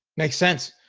makes sense.